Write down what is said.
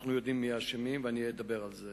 אנחנו יודעים מי האשמים ואדבר על זה.